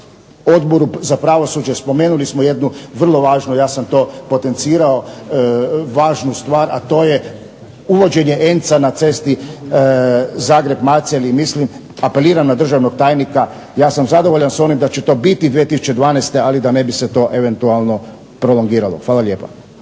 Odboru za pravosuđe spomenuli smo jednu vrlo važnu, ja sam to potencirao, važnu stvar a to je uvođenje ENC-a na cesti Zagreb-Macelj i apeliram na državnog tajnika. Ja sam zadovoljan s onim da će to biti 2012., ali da ne bi se to eventualno prolongiralo. Hvala lijepa.